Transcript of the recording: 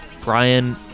Brian